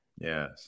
Yes